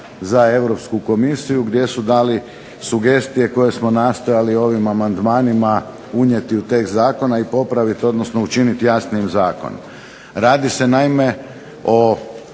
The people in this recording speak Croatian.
za Europsku komisiju gdje su dali sugestije koje smo nastojali ovim amandmanima unijeti u tekst zakona i popraviti, odnosno učiniti jasnijim zakon. Radi se naime o